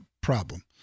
problem